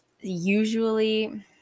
usually